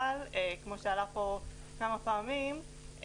אבל כמו שעלה פה כמה פעמים,